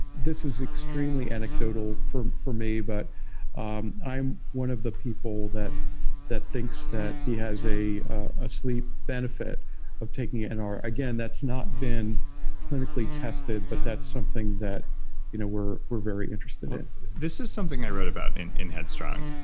this is extremely anecdotal for for me, but um i'm one of the people that that thinks that he has a ah sleep benefit of taking and nr. again, that's not been clinically tested, but that's something that we're we're very interested in this is something i wrote about in in headstrong.